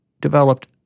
developed